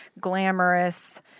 glamorous